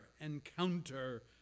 encounter